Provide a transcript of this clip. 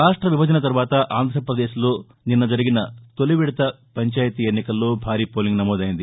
రాష్ణ విభజన తర్వాత ఆంధ్రాపదేశ్ లో నిన్న జరిగిన తొలివిడత పంచాయతీ ఎన్నికల్లో భారీ పోలింగ్ నమోదైంది